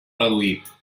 reduït